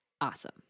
Awesome